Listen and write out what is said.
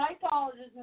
psychologist